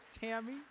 Tammy